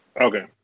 Okay